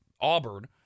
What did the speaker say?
Auburn